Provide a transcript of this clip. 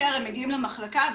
מגיעים למחלקה,